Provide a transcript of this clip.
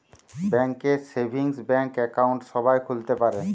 bank এ savings bank account সবাই খুলতে পারে